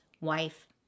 wife